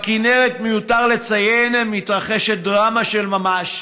בכינרת, מיותר לציין, מתרחשת דרמה של ממש,